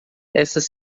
essas